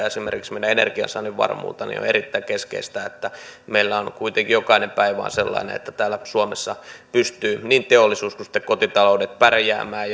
esimerkiksi meidän energiansaannin varmuutta niin on erittäin keskeistä että meillä on on kuitenkin jokainen päivä sellainen että täällä suomessa pystyvät niin teollisuus kuin sitten kotitaloudet pärjäämään